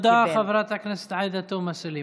תודה, חברת הכנסת עאידה תומא סלימאן.